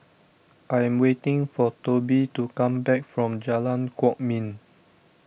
I am waiting for Tobe to come back from Jalan Kwok Min